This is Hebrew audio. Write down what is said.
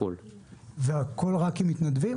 והכול רק עם מתנדבים?